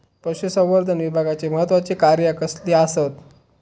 पशुसंवर्धन विभागाची महत्त्वाची कार्या कसली आसत?